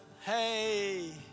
Hey